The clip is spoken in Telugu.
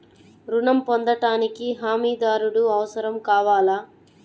ఋణం పొందటానికి హమీదారుడు అవసరం కావాలా?